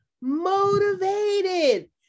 motivated